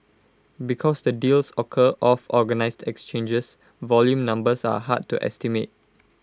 because the deals occur off organised exchanges volume numbers are hard to estimate